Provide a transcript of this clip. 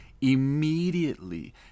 Immediately